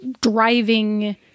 driving